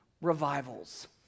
revivals